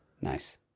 Nice